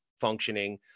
functioning